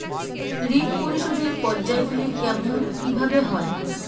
ঋণ পরিশোধের পর্যায়গুলি কেমন কিভাবে হয়?